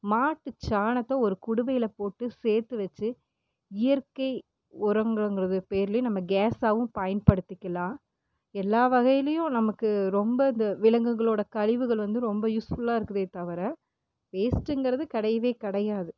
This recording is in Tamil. மாட்டுச்சாணத்தை ஒரு குடுவையில் போட்டு சேர்த்து வச்சு இயற்கை உரங்கள்ங்கிறது பேர்லையும் நம்ம கேஸ்ஸாகவும் பயன்படுத்திக்கலாம் எல்லா வகையிலையும் நமக்கு ரொம்ப இந்த விலங்குகளோட கழிவுகள் வந்து ரொம்ப யூஸ்ஃபுல்லாக இருக்குதே தவிர வேஸ்ட்டுங்கறது கிடையவே கிடையாது